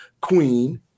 queen